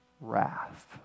wrath